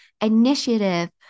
initiative